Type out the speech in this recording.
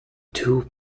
two